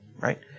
right